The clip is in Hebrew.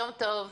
יום טוב.